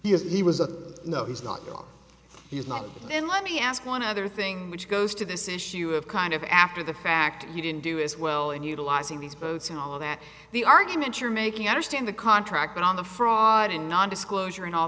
he is he was a no he's not he's not then let me ask one other thing which goes to this issue of kind of after the fact you didn't do as well in utilizing these boats and all of that the argument you're making understand the contract on the fraud and non disclosure and all